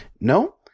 No